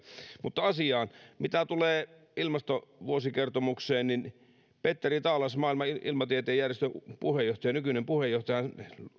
mutta asiaan mitä tulee ilmastovuosikertomukseen niin petteri taalasmaan maailman ilmatieteen järjestön nykyisen puheenjohtajan